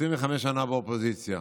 25 שנה באופוזיציה,